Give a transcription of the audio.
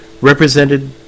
represented